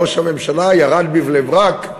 ראש הממשלה ירד לבני-ברק,